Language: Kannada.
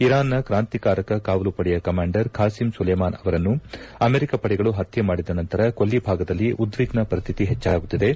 ಇರಾನ್ನ ಕ್ರಾಂತಿಕಾರಕ ಕಾವಲು ಪಡೆಯ ಕಮಾಂಡರ್ ಖಾಸೀಂ ಸುಲೇಮಾನ್ ಅವರನ್ನು ಅಮೆರಿಕ ಪಡೆಗಳು ಪತ್ಯೆ ಮಾಡಿದ ನಂತರ ಕೊಲ್ಲಿ ಭಾಗದಲ್ಲಿ ಉದ್ವಿಗ್ನ ಪರಿಶ್ಥಿತಿ ಹೆಚ್ಚಾಗುತ್ತಿವೆ